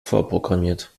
vorprogrammiert